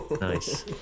Nice